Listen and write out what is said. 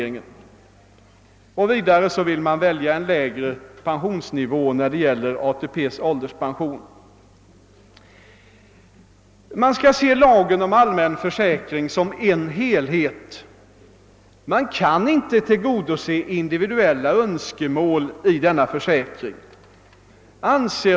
Vidare vill reservanterna ha möjligheter att välja en lägre pensionsnivå i ATP:s ålderspension. Men vi måste se lagen om allmän försäkring som en helhet. Det går inte att tillgodose individuella önskemål i den försäkringen.